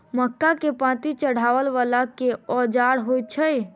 मक्का केँ पांति चढ़ाबा वला केँ औजार होइ छैय?